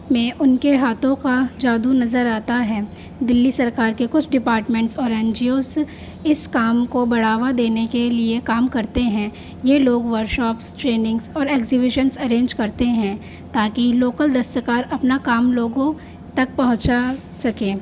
میں ان کے ہاتھوں کا جادو نظر آتا ہے دلی سرکار کے کچھ ڈپارٹمنٹس اور این جی اوز اس کام کو بڑھاوا دینے کے لیے کام کرتے ہیں یہ لوگ ورکشاپس ٹریننگس اور ایگزیبیشنس ارینج کرتے ہیں تاکہ لوکل دستکار اپنا کام لوگوں تک پہنچا سکیں